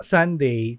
Sunday